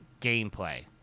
gameplay